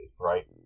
right